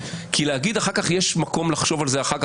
כי להגיד שיש מקום לחשוב על זה אחר כך,